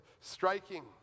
striking